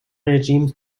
regimes